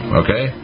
okay